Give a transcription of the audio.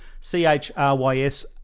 C-H-R-Y-S